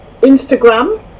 Instagram